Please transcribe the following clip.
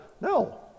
No